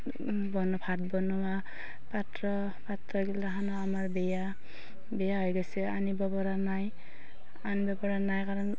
বনোৱা ভাত বনোৱা পাত্ৰ পাত্ৰগিলাখনো আমাৰ বেয়া বেয়া হৈ গৈছে আনিব পৰা নাই আনব পৰা নাই কাৰণ